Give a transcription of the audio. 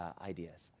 ideas